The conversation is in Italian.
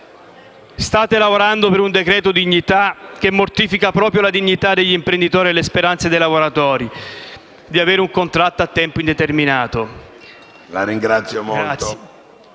State lavorando per un decreto dignità che mortifica proprio la dignità degli imprenditori e le speranze dei lavoratori di avere un contratto a tempo indeterminato. *(Applausi dal